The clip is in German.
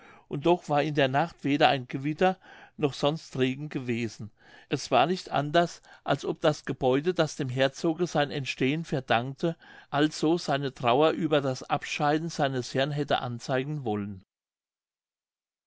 und doch war in der nacht weder ein gewitter noch sonst regen gewesen es war nicht anders als ob das gebäude das dem herzoge sein entstehen verdankte also seine trauer über das abscheiden seines herrn hätte anzeigen wollen